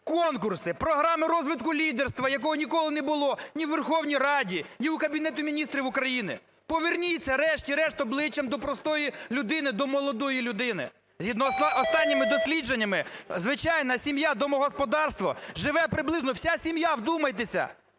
конкурси, програми розвитку лідерства, якого ніколи не було ні у Верховній Раді, ні у Кабінеті Міністрів України, поверніться, врешті-решт, обличчям до простої людини, до молодої людини. Згідно останніми дослідженнями, звичайна сім'я, домогосподарство, живе приблизно – вся сім'я, вдумайтеся!